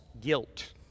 guilt